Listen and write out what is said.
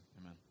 amen